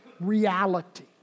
Reality